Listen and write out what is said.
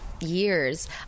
years